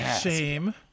Shame